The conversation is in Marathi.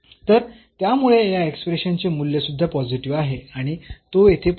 तर त्यामुळे या एक्सप्रेशन चे मूल्य सुद्धा पॉझिटिव्ह आहे आणि तो येथे पॉईंट आहे